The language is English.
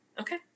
Okay